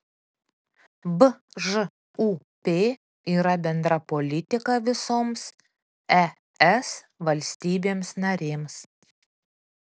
bžūp yra bendra politika visoms es valstybėms narėms